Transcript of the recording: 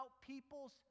people's